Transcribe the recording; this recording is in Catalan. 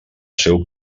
seu